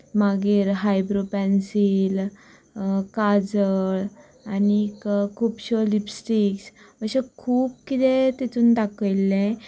मागीर आयभ्रो पेंसील काजळ आनीक खुबश्यो लिपस्टीक अशें खूब कितें तितूंत दाखयल्लें